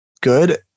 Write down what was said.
good